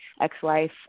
ex-wife